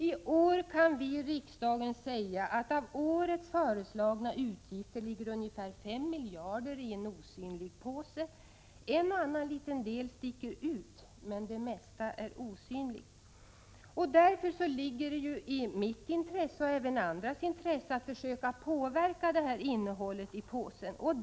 I år kan vi i riksdagen säga beträffande årets föreslagna utgifter att ungefär 5 miljarder ligger i en osynligpåse. En och annan liten del sticker ut, men det mesta är osynligt. Således ligger det i mitt och även andras intresse att försöka påverka innehållet i påsen.